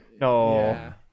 no